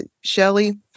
Shelly